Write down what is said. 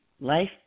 life